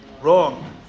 Wrong